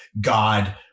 God